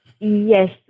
Yes